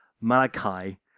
Malachi